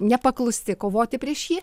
nepaklusti kovoti prieš jį